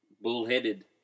bullheaded